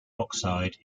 oxide